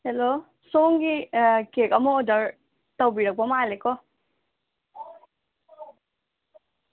hello ꯁꯣꯝꯒꯤ cake ꯑꯃ order ꯇꯧꯕꯤꯔꯛꯄ ꯃꯥꯜꯂꯦꯀꯣ